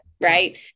Right